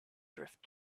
drift